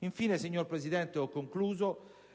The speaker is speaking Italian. Infine, signor Presidente,